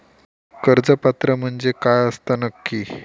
कर्ज पात्र म्हणजे काय असता नक्की?